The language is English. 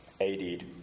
aided